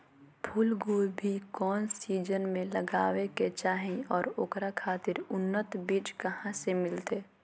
फूलगोभी कौन सीजन में लगावे के चाही और ओकरा खातिर उन्नत बिज कहा से मिलते?